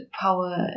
power